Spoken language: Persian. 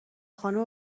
خانوم